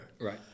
Right